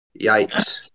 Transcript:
Yikes